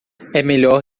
melhor